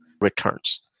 returns